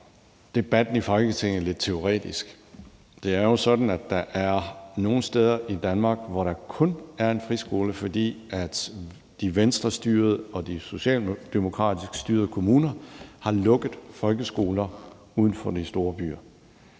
debatten i Folketinget lidt teoretisk. Det er jo sådan, at der er nogle steder i Danmark, hvor der kun er en friskole, fordi de er Venstrestyrede, og de socialdemokratisk styrede kommuner har lukket folkeskoler uden for de store byer.